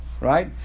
Right